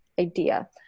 idea